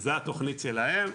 זו התכנית שלהם,